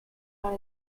out